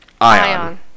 Ion